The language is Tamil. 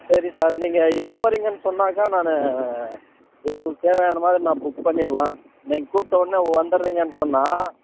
சரி சார் நீங்கள் எப்போது வரீங்கனு சொன்னாக்கால் நான் எங்களுக்கு தேவையான மாதிரி நான் புக் பண்ணிடுவேன் நீங்கள் கூப்பிட்டோனே வந்துடுங்கனு சொன்னால்